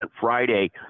Friday